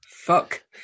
fuck